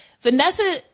Vanessa